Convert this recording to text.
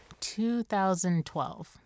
2012